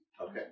Okay